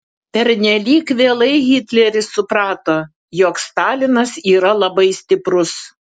pernelyg vėlai hitleris suprato jog stalinas yra labai stiprus